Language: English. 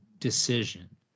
decision